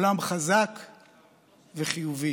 עולם חזק וחיובי.